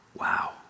Wow